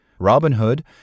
Robinhood